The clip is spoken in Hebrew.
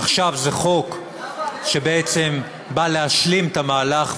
עכשיו זה חוק שבעצם בא להשלים את המהלך,